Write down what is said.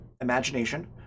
imagination